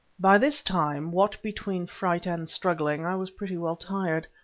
by this time, what between fright and struggling, i was pretty well tired.